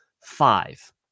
Five